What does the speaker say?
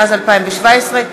התשע"ז 2017,